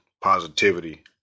positivity